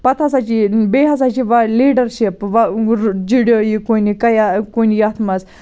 پَتہٕ ہَسا چھُ یہِ بیٚیہِ ہَسا چھِ یہِ لیٖڈَرشِپ کُنہِ یتھ مَنٛز